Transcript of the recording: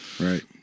Right